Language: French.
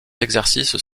exercices